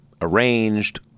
arranged